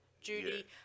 Judy